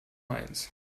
mainz